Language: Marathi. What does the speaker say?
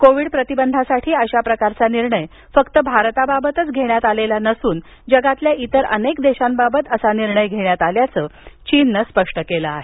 कोविड प्रतिबंधासाठी अशा प्रकारचा निर्णय फक्त भारताबाबत घेण्यात आलेला नसून जगातील इतर अनेक देशांबाबत असा निर्णय घेण्यात आल्याचं चीननं स्पष्ट केलं आहे